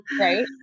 Right